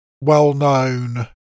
well-known